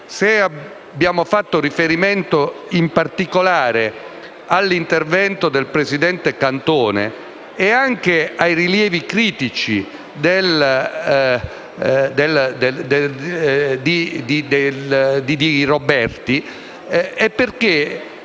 se abbiamo fatto riferimento in particolare all'intervento del presidente Cantone e ai rilievi critici del procuratore Roberti è perché